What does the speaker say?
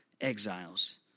exiles